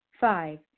Five